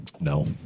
No